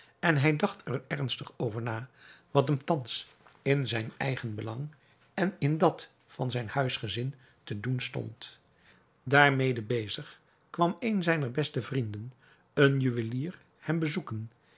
en hij dacht er ernstig over na wat hem thans in zijn eigen belang en in dat van zijn huisgezin te doen stond daarmede bezig kwam een zijner beste vrienden een juwelier hem bezoeken